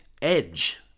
Edge